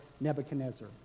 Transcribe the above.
Nebuchadnezzar